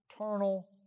eternal